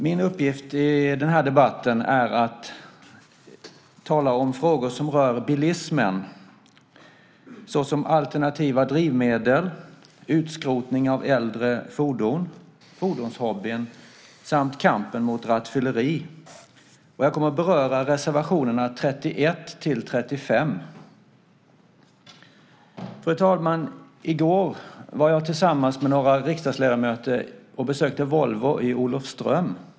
Min uppgift i den här debatten är att tala om frågor som rör bilismen, såsom alternativa drivmedel, utskrotning av äldre fordon, fordonshobbyn samt kampen mot rattfylleri. Jag kommer att beröra reservationerna 31-35. Fru talman! I går var jag tillsammans med några riksdagsledamöter och besökte Volvo i Olofström.